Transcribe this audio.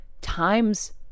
time's